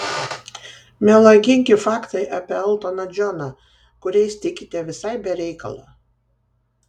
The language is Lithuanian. melagingi faktai apie eltoną džoną kuriais tikite visai be reikalo